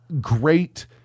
great